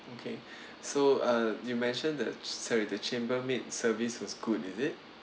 okay so uh you mentioned that uh sorry the chambermaid service was good is it